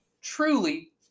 Truly